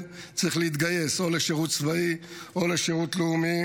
צריך להתגייס או לשירות צבאי או לשירות לאומי